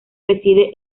reside